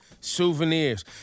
souvenirs